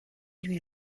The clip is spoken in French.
lui